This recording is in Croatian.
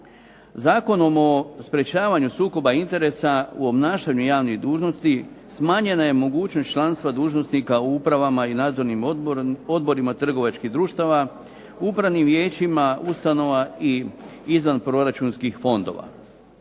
Zakonom o sprečavanju sukoba interesa u obnašanju javnih dužnosti smanjena je mogućnost članstva dužnosnika u upravama i nadzornim odborima trgovačkih društava, u upravnim vijećima ustanova i izvanproračunskih fondova.